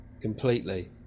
completely